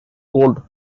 cold